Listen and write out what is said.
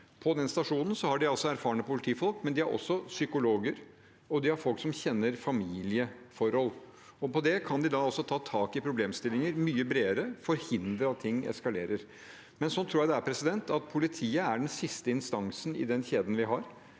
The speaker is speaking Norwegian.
På den stasjonen har de erfarne politifolk, men de har også psykologer, og de har folk som kjenner familieforhold. Da kan de ta tak i problemstillinger mye bredere, forhindre at ting eskalerer. Sånn tror jeg det er, at politiet er den siste instansen i den kjeden.